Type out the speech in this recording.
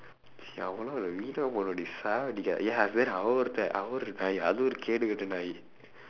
!chi! அவன் ஒருத்தன் அவன் ஒரு நாய் அது ஒரு கேடுக்கெட்ட நாயி:avan oruththan avan oru naai athu oru keedukketda naayi